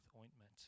ointment